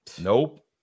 Nope